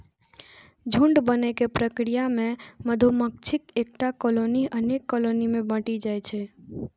झुंड बनै के प्रक्रिया मे मधुमाछीक एकटा कॉलनी अनेक कॉलनी मे बंटि जाइ छै